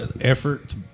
Effort